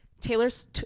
taylor's